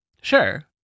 Sure